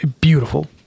beautiful